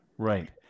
Right